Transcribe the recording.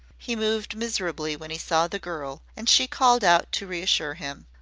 he moved miserably when he saw the girl, and she called out to reassure him.